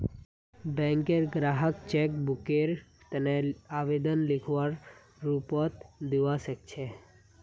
बैंकत ग्राहक चेक बुकेर तने आवेदन लिखित रूपत दिवा सकछे